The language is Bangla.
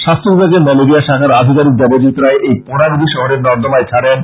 স্বাস্থ্য বিভাগের ম্যালেরিয়া শাখার আধিকারীক দেবজিৎ রায় এই পোনাগুলি শহরের নর্দমায় ছাড়েন